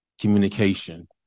communication